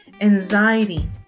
anxiety